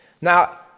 Now